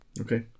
Okay